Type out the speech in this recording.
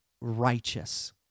righteous